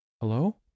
Hello